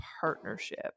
partnership